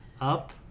up